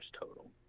total